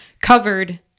covered